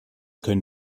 können